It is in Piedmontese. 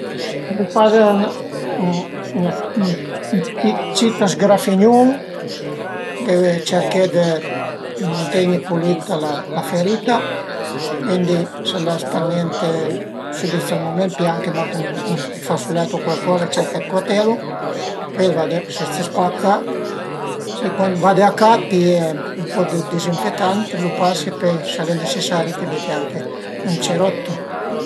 Cuande t'faze ën cit zgrafignun deve cerché dë manteni pulita la ferita, cuindi së l'as pa gnente sübit s'ël mument pìa anche mach ën fasulet o cuaicoza e cerche dë cuatelu, pöi vade, së s'es pa a ca, cuand vade a ca pìe ën po dë dizinfetant, lu pase, pöi s'al e necesari t'ie büte anche ën cerotto